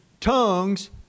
tongues